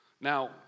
Now